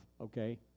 okay